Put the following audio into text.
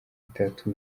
itatu